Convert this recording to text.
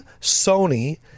Sony